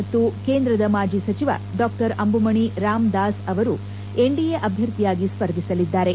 ಮತ್ತು ಕೇಂದ್ರದ ಮಾಜಿ ಸಚಿವ ಡಾಕ್ಟರ್ ಅಂಬುಮಣಿ ರಾಮದಾಸ್ ಅವರು ಎನ್ಡಿಎ ಅಭ್ಯರ್ಥಿಯಾಗಿ ಸ್ಪರ್ಧಿಸಲಿದ್ದಾರೆ